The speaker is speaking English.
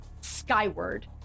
skyward